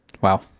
Wow